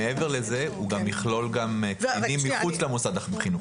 מעבר לזה הוא יכלול גם קטינים מחוץ למוסד החינוכי.